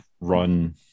run